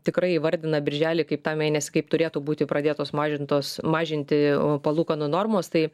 tikrai įvardina birželį kaip tą mėnesį kaip turėtų būti pradėtos mažintos mažinti palūkanų normos tai